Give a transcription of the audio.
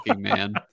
man